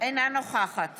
אינה נוכחת